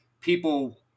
people